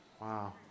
Wow